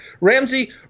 Ramsey